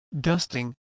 dusting